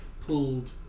pulled